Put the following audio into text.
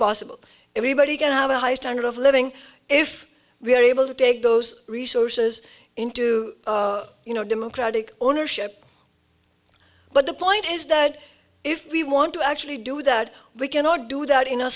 possible everybody can have a high standard of living if we are able to take those resources into you know democratic ownership but the point is that if we want to actually do that we cannot do that in a